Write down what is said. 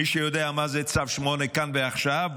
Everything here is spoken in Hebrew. מי שיודע מה זה צו 8 כאן ועכשיו,